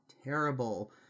terrible